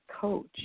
coach